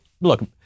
look